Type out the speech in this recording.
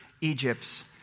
Egypt's